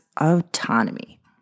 autonomy